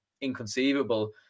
inconceivable